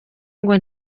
ngo